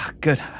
Good